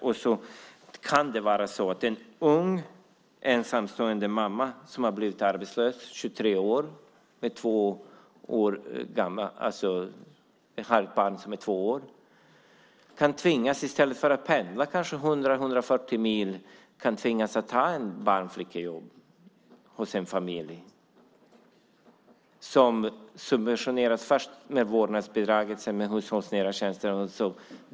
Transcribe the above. Det kan vara så att en ung, ensamstående mamma på 23 år som har blivit arbetslös och har ett barn som är två år i stället för att pendla 100-140 mil kan tvingas att ta ett jobb som barnflicka hos en familj som först subventioneras med vårdnadsbidraget och sedan med avdraget för hushållsnära tjänster.